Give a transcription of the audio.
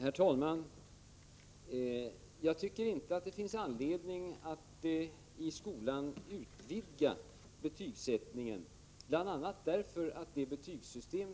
Herr talman! Jag tycker inte att det finns anledning att utvidga betygsättningen i skolan, bl.a. därför att vårt betygssystem